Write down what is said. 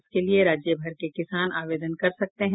इसके लिये राज्यभर के किसान आवेदन कर सकते हैं